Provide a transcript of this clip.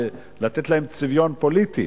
לתת להם צביון פוליטי.